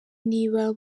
niba